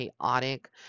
chaotic